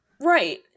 right